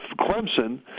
Clemson